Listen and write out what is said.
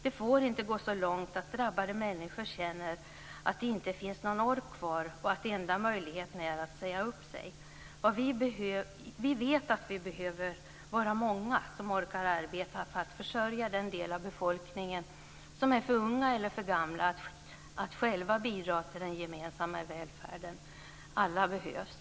Det får inte gå så långt att drabbade människor känner att det inte finns någon ork kvar och att enda möjligheten är att säga upp sig. Vi vet att vi behöver vara många som orkar arbeta för att försörja de delar av befolkningen som är för unga eller för gamla att själva bidra till den gemensamma välfärden. Alla behövs.